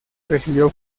recibió